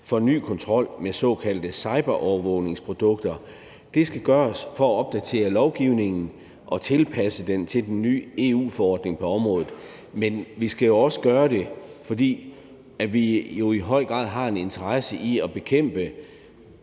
for ny kontrol med såkaldte cyberovervågningsprodukter. Det skal gøres for at opdatere lovgivningen og tilpasse den til den nye EU-forordning på området. Men vi skal jo også gøre det, fordi vi i høj grad har en interesse i at bekæmpe